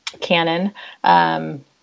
canon